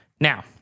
Now